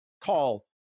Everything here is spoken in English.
call